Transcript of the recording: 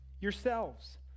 yourselves